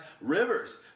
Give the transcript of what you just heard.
Rivers